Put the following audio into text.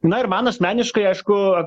na ir man asmeniškai aišku